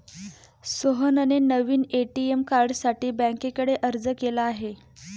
सोहनने नवीन ए.टी.एम कार्डसाठी बँकेकडे अर्ज केला आहे